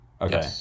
Okay